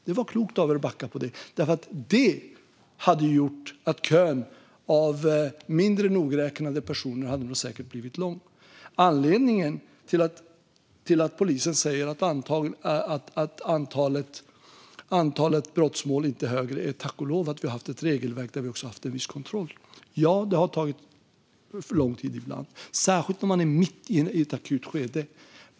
Det var klokt av er att backa från det, för det hade gjort att kön av mindre nogräknade personer nog hade blivit lång. Anledningen till att polisen säger att antalet brottmål inte är högre är att vi tack och lov har haft ett regelverk där vi också har haft en viss kontroll. Ja, det har tagit för lång tid ibland, särskilt om man har varit mitt i ett akut skede.